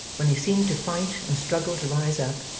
when he seemed to fight and struggle to rise up,